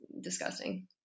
disgusting